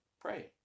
pray